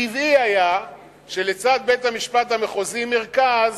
טבעי היה שלצד בית-המשפט המחוזי מרכז